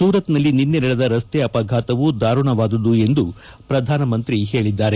ಸೂರತ್ನಲ್ಲಿ ನಿನ್ನೆ ನಡೆದ ರಸ್ತೆ ಅಪಘಾತವೂ ದಾರುಣವಾದುದು ಎಂದು ಪ್ರಧಾನಮಂತ್ರಿ ಹೇಳಿದ್ದಾರೆ